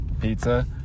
pizza